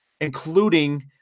including